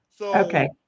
Okay